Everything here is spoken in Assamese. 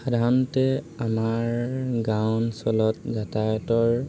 সাধাৰণতে আমাৰ গাঁও অঞ্চলত যাতায়াতৰ